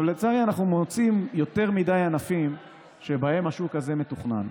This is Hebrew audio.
לצערי הרב אנחנו מוצאים יותר מדי ענפים שבהם השוק הזה מתוכנן.